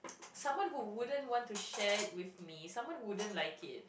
someone who wouldn't want to share it with me someone who wouldn't like it